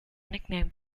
nicknamed